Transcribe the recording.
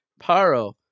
Paro